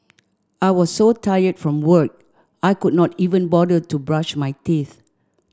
I was so tired from work I could not even bother to brush my teeth